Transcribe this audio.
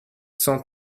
cent